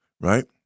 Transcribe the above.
right